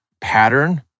pattern